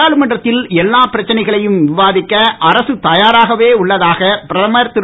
நாடாளுமன்றத்தில் எல்லா பிரச்சனைகளையும் விவாதிக்க அரசு தயாரகவே உள்ளதாக பிரதமர் திரு